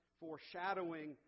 foreshadowing